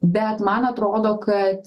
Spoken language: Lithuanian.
bet man atrodo kad